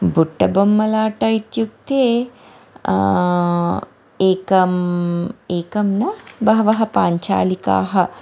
बुट्टबोम्मलाटा इत्युक्ते एकम् एकं न बहवः पाञ्चालिकाः